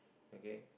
okay